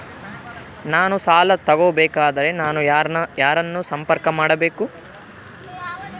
ನಾನು ಸಾಲ ತಗೋಬೇಕಾದರೆ ನಾನು ಯಾರನ್ನು ಸಂಪರ್ಕ ಮಾಡಬೇಕು?